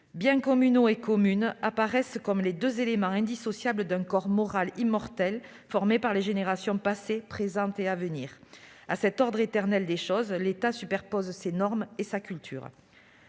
Biens communaux " et " commune " apparaissent comme les deux éléments indissociables d'un " corps moral " immortel formé par les générations passées, présentes et à venir. À cet ordre éternel des choses, l'État superpose ses normes et sa culture.